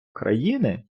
країни